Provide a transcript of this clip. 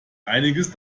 einiges